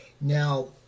Now